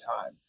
time